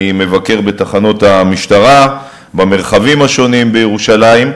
אני מבקר בתחנות המשטרה במרחבים השונים בירושלים,